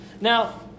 Now